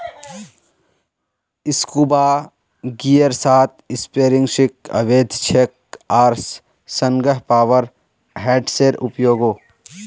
scuba गियरेर साथ spearfishing अवैध छेक आर संगह पावर हेड्सेर उपयोगो